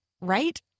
right